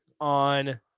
on